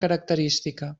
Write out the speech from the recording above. característica